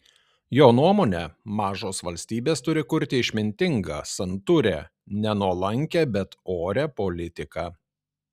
jo nuomone mažos valstybės turi kurti išmintingą santūrią ne nuolankią bet orią politiką